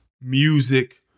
music